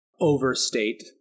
overstate